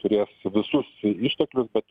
turės visus išteklius bet